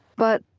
but